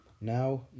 Now